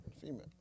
Female